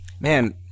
Man